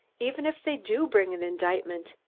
even if they do bring an indictment,